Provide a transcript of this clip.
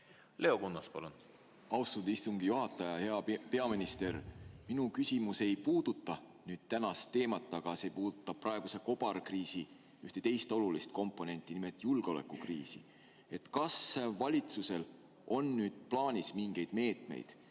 Leo Kunnas, palun! Austatud istungi juhataja! Hea peaminister! Minu küsimus ei puuduta küll tänast teemat, aga see puudutab praeguse kobarkriisi ühte teist olulist komponenti, nimelt julgeolekukriisi. Kas valitsusel on nüüd plaanis mingid meetmed